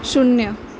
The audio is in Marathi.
शून्य